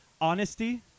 honesty